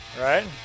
right